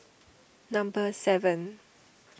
number seven